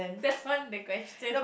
that's not the question